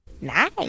Nice